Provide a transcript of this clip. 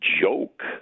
joke